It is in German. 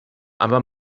aber